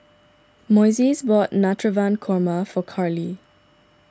Moises bought Navratan Korma for Carlee